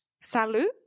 salut